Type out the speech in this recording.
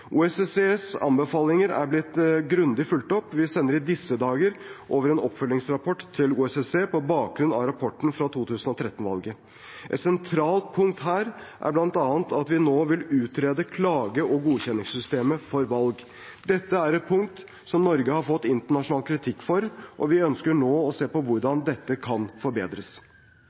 anbefalinger er blitt grundig fulgt opp. Vi sender i disse dager over en oppfølgingsrapport til OSSE på bakgrunn av rapporten fra 2013-valget. Et sentralt punkt her er bl.a. at vi nå vil utrede klage- og godkjenningssystemet for valg. Dette er et punkt som Norge har fått internasjonal kritikk for, og vi ønsker nå å se på hvordan